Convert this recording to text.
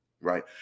right